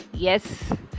Yes